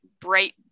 bright